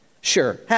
Sure